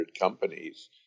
companies